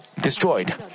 destroyed